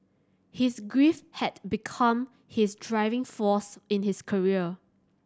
his grief had become his driving force in his career